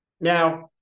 Now